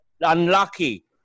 unlucky